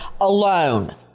alone